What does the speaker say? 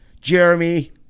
Jeremy